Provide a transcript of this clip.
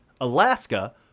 Alaska